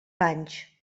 panys